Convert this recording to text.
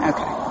Okay